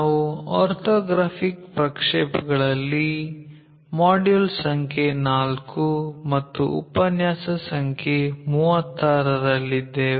ನಾವು ಆರ್ಥೋಗ್ರಾಫಿಕ್ ಪ್ರಕ್ಷೇಪಗಳಲ್ಲಿ ಮಾಡ್ಯೂಲ್ ಸಂಖ್ಯೆ 4 ಮತ್ತು ಉಪನ್ಯಾಸ ಸಂಖ್ಯೆ 36 ರಲ್ಲಿದ್ದೇವೆ